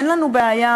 אין לנו בעיה,